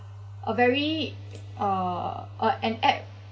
a very uh uh an app